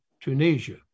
Tunisia